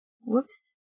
whoops